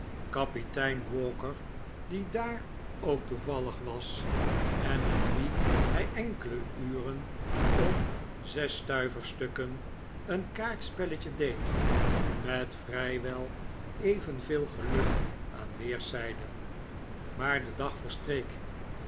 kapitein walker die daar ook toevallig was en met wien hij enkele uren om zesstuiverstukken een kaartspelletje deed met vrijwel evenveel geluk aan weerszijden maar de dag verstreek